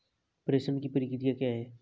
प्रेषण की प्रक्रिया क्या है?